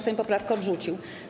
Sejm poprawkę odrzucił.